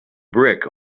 brick